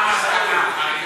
מה המסקנה?